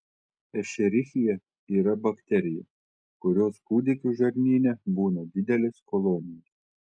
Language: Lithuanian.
ešerichija yra bakterija kurios kūdikių žarnyne būna didelės kolonijos